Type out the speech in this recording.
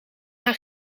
haar